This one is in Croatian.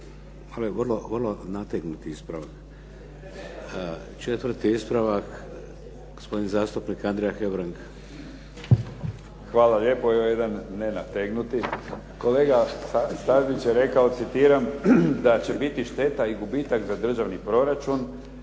ali vrlo nategnut ispravak. Četvrti ispravak, gospodin zastupnik Andrija Hebrang. **Hebrang, Andrija (HDZ)** Hvala lijepo. Evo jedan nenategnuti. Kolega Stazić je rekao, citiram da će biti šteta i gubitak za državni proračun,